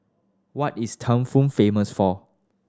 what is Thimphu famous for